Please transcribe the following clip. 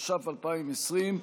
התש"ף 2020,